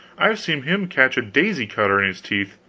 i've seen him catch a daisy-cutter in his teeth.